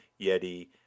Yeti